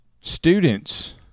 students